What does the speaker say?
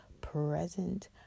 present